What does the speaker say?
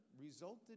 resulted